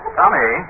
Tommy